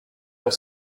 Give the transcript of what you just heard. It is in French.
pour